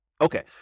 Okay